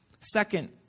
Second